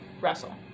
Russell